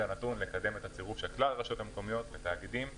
נתון לצירוף כלל הרשויות המקומיות לתוך תאגידים קיימים.